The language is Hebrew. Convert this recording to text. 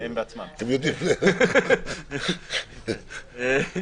הן יודעות --- זה הן בעצמן.